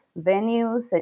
venues